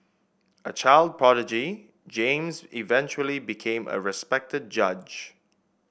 a child prodigy James eventually became a respected judge